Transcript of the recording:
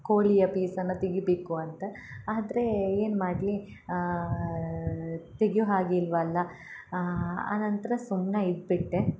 ಕೋಳಿಯ ಪೀಸನ್ನ ತೆಗಿಬೇಕು ಅಂತ ಆದರೆ ಏನು ಮಾಡಲಿ ತೆಗಿವ್ ಆಗಿಲ್ವಲ್ಲ ಆನಂತರ ಸುಮ್ನೆ ಇದ್ಬಿಟ್ಟೆ